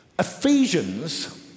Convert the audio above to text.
Ephesians